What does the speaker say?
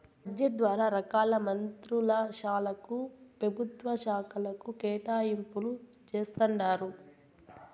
budget ద్వారా రకాల మంత్రుల శాలకు, పెభుత్వ శాకలకు కేటాయింపులు జేస్తండారు